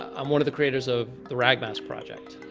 i'm one of the creators of the ragmask project.